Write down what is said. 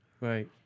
right